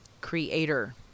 creator